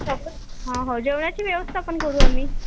हा हो जेवणााची व्यवस्था पण करू आम्ही